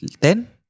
ten